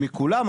מכולם,